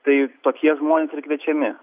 tai tokie žmonės ir kviečiami